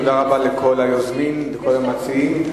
תודה רבה לכל היוזמים ולכל המציעים.